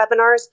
webinars